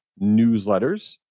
newsletters